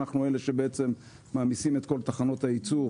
אנחנו אלה שמעמיסים את כל תחנות הייצור,